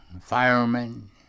firemen